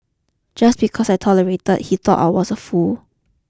just because I tolerated he thought I was a fool